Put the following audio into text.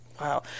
Wow